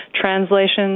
translations